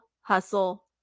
hustle